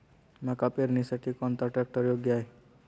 मका पेरणीसाठी कोणता ट्रॅक्टर योग्य आहे?